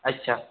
अच्छा